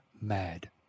mad